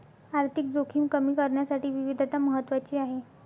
आर्थिक जोखीम कमी करण्यासाठी विविधता महत्वाची आहे